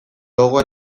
logoa